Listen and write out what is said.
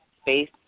space